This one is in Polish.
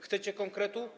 Chcecie konkretu?